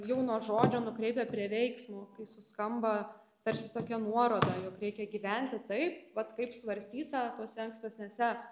jau nuo žodžio nukreipia prie veiksmo kai suskamba tarsi tokia nuoroda jog reikia gyventi taip vat kaip svarstyta tuose ankstesnėse